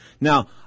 Now